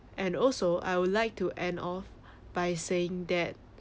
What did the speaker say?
and also I would like to end off by saying that